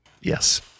Yes